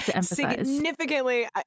significantly